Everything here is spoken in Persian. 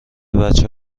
بچه